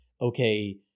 okay